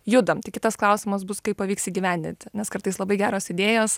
judam tik kitas klausimas bus kaip pavyks įgyvendinti nes kartais labai geros idėjos